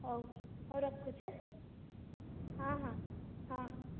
ହଉ ହଉ ରଖୁଛି ହେଁ ହଁ ହଁ ହଁ